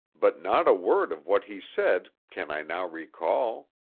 but not a word of what he said can i now recall.